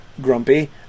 grumpy